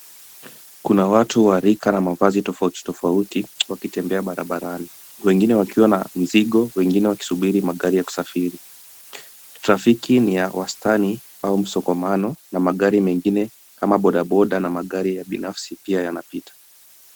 Kuna watu wa rika na mavazi tofauti tofauti wakitembea barabarani. Wengine wakiwa na mizigo, wengine wakisubiri magari ya kusafiri. Trafiki ni ya wastani au msukumano na magari mengine kama boaboda na magari ya binafsi pia yanapita.